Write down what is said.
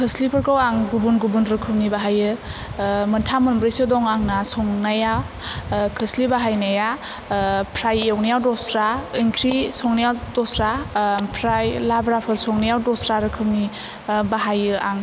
खोस्लिफोरखौ आं गुबुन गुबुन रोखोमनि बाहायो मोनथाम मोनब्रैसो दं आंना संनाया खोस्लि बाहायनाया फ्राइ एवनायाव दस्रा ओंख्रि संनायाव दस्रा ओमफ्राय लाब्राफोर संनायाव दस्रा रोखोमनि बाहायो आं